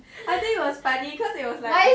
I think it was funny cause he was like